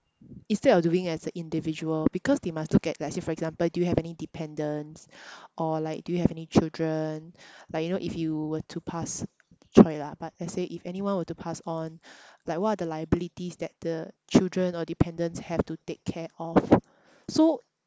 instead of doing it as a individual because they must look at like say for example do you have any dependents or like do you have any children like you know if you were to pass !choy! lah but let's say if anyone were to pass on like what are the liabilities that the children or dependents have to take care of so